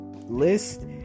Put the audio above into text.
list